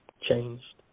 changed